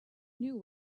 knew